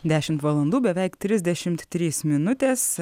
dešimt valandų beveik trisdešimt trys minutės